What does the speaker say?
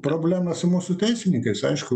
problema su mūsų teisininkais aišku